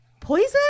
Poison